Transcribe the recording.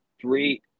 three